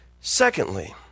Secondly